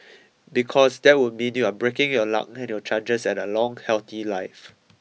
because that would mean you're breaking your luck and your chances at a long healthy life